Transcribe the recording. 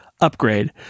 upgrade